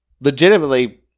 legitimately